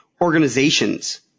organizations